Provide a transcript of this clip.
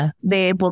De